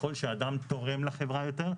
ככל שאדם תורם לחברה יותר,